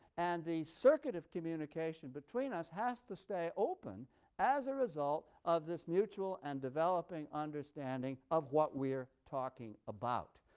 and the circuit of communication between us has to stay open as a result of this mutual and developing understanding of what we're talking about.